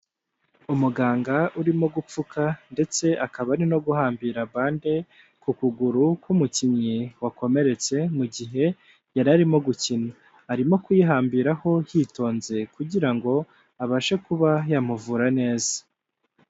Umuganga urimo gupfuka ndetse akaba ari no guhambira bande ku kuguru k'umukinnyi wakomeretse, mu gihe yari arimo gukina. Arimo kuyihambiraho yitonze kugira ngo abashe kuba yamuvura neza.